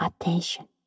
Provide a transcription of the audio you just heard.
attention